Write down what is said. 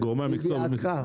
לידיעתך.